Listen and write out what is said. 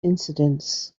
incidents